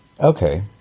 Okay